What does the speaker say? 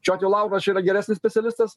šiuo atveju lauras čia yra geresnis specialistas